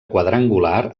quadrangular